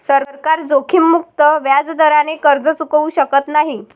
सरकार जोखीममुक्त व्याजदराने कर्ज चुकवू शकत नाही